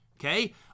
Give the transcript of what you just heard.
Okay